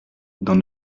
dans